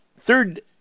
third